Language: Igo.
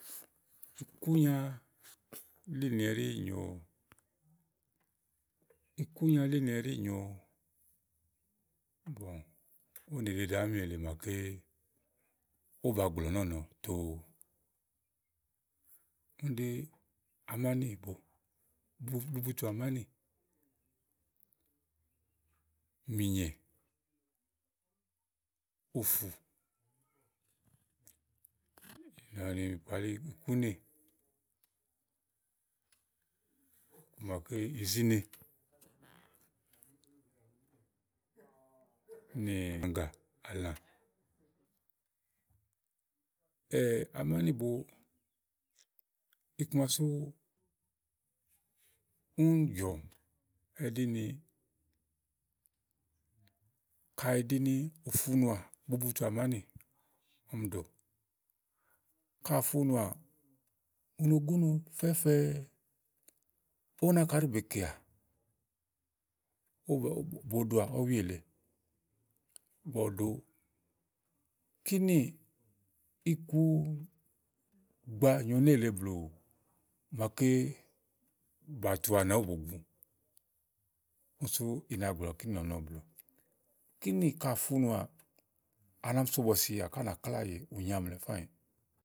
Ikúnya álinì ɛɖì nyòo, ikúnya álinì ɛɖi nyòo ówò nèɖeɖe àámi èle máaké ówó ba gblɔ̀ nɔ́ɔ̀nɔ. kíni ɖí amánìbo. bubutu àmánì nì mìnyè, ùfù, màaké ikpalí ukú nè nì izíne nì ègà àlã. amánìbo iku ma sú úni jɔ, ɛɖí ni kayi ù ɖi ni ò funùà bubutu ámànì ɔmi ɖò ka ò funùàà u no gúnu fɛ́fɛɛ ówo náka ɛɖi bèe kèà ówó bo, bo ɖoà ɔ̀wì èle ka ò ɖo kínìì, ikugbàa nyòo nélèe blù màaké bàa tu anà ówó bòo gu. úni sú i na gblɔ̀ kínì nɔ̀nɔ blù. kínì ka ò funùà, à nà mi so bìsìà ká ànà kláà yè ù nyaàmlɛ fáà nyì.